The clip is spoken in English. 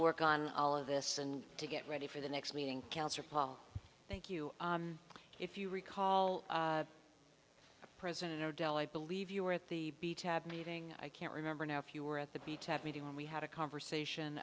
work on all of this and to get ready for the next meeting cancer paul thank you if you recall the president or del i believe you were at the beach have meeting i can't remember now if you were at the beach at meeting and we had a conversation